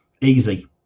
Easy